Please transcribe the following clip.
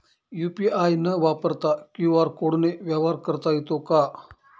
UPI न वापरता QR कोडने व्यवहार करता येतो का?